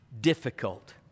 difficult